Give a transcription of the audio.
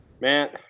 Matt